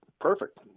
perfect